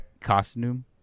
costume